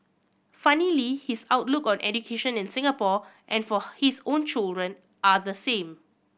funnily his outlook on education in Singapore and for his own children are the same